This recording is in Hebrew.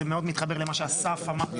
זה מאוד מתחבר למה שאסף אמר קודם,